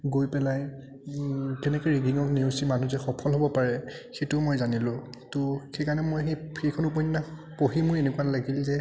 গৈ পেলাই কেনেকৈ ৰেগিঙক নেওচি মানুহ যে সফল হ'ব পাৰে সেইটোও মই জানিলোঁ ত' সেইকাৰণে মই সেই সেইখন উপন্য়াস পঢ়ি মোৰ এনেকুৱা লাগিল যে